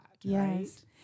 yes